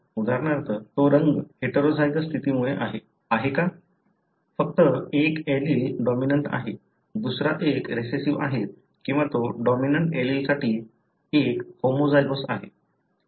उदाहरणार्थ तो रंग हेटेरोझायगस स्थितीमुळे आहे का फक्त एक एलील डॉमिनंट आहे दुसरा एक रिसेस्सीव्ह आहे किंवा तो डॉमिनंट एलीलसाठी एक होमोझायगोस आहे